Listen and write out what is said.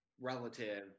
relative